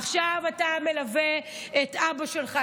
עכשיו אתה מלווה את אבא שלך,